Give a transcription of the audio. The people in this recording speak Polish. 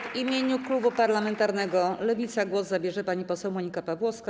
W imieniu klubu parlamentarnego Lewica głos zabierze pani poseł Monika Pawłowska.